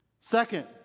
Second